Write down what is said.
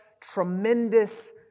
tremendous